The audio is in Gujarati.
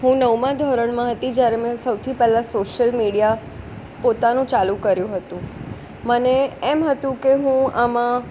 હું નવમા ધોરણમાં હતી જ્યારે મેં સૌથી પહેલાં સોસ્યલ મીડિયા પોતાનું ચાલું કર્યું હતું મને એમ હતું કે હું આમાં